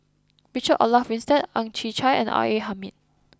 Richard Olaf Winstedt Ang Chwee Chai and R A Hamid